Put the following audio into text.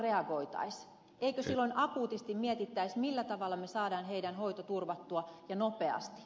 eikö silloin akuutisti mietittäisi millä tavalla me saamme heidän hoitonsa turvattua ja nopeasti